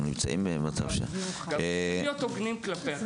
צריך להיות הוגנים כלפי החבר'ה.